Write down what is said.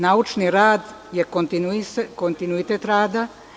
Naučni rad je kontinuitet rada.